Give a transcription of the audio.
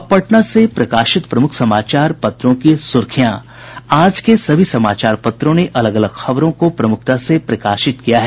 अब पटना से प्रकाशित प्रमुख समाचार पत्रों की सुर्खियां आज के सभी समाचार पत्रों ने अलग अलग खबरों को प्रमुखता से प्रकाशित किया है